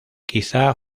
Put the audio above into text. quizá